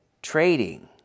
trading